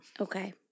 Okay